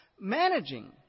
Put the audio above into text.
managing